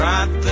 Right